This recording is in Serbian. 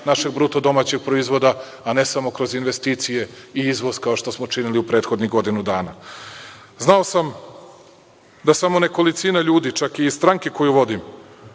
našeg bruto domaćeg proizvoda, a ne samo kroz investicije i izvoz, kao što smo činili u prethodnih godinu dana. Znao sam da samo nekolicina ljudi, čak i iz stranke koju vodim,